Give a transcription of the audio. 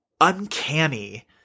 uncanny